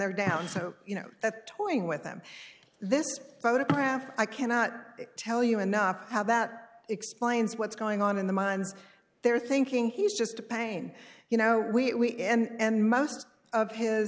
they're down so you know that toying with them this photograph i cannot tell you enough how that explains what's going on in the minds they're thinking he's just a pain you know we and most of his